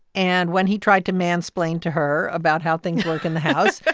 and when he tried to mansplain to her about how things work in the house,